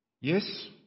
Yes